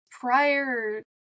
prior